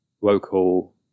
local